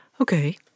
Okay